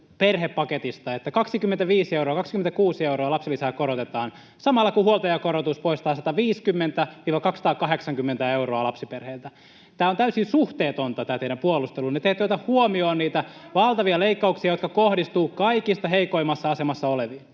perhepaketista, että 25—26 euroa lapsilisää korotetaan, samalla kun huoltajakorotus poistaa 150—280 euroa lapsiperheiltä. Tämä teidän puolustelunne on täysin suhteetonta. Te ette ota huomioon niitä valtavia leikkauksia, jotka kohdistuvat kaikista heikoimmassa asemassa oleviin.